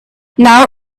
now